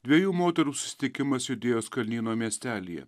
dviejų moterų susitikimas judėjos kalnyno miestelyje